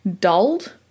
dulled